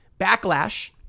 backlash